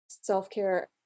self-care